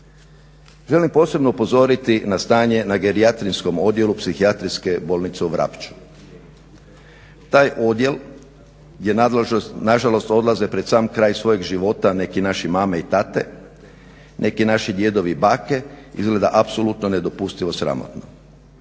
Želim posebno upozoriti na stanje na gerijatrijskom odjelu Psihijatrijske bolnice u Vrapču. Taj odjel je nažalost odlaze pred sam kraj svojeg života neki naši mame i tate, neki naši djedovi, bake, izgleda apsolutno nedopustivo sramotno.